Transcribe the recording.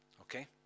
Okay